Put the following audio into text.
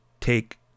Take